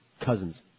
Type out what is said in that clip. cousins